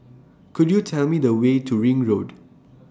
Could YOU Tell Me The Way to Ring Road